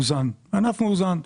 ענף מאוזן,